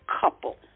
Couple